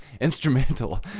instrumental